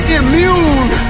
immune